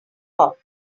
hop